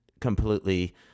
completely